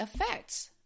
effects